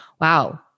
wow